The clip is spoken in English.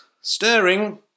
stirring